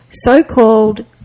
so-called